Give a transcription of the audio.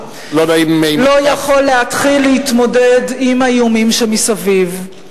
לא יכול להתחיל להתמודד עם האיומים שמסביב.